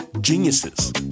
geniuses